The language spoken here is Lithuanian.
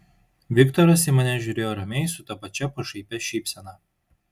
viktoras į mane žiūrėjo ramiai su ta pačia pašaipia šypsena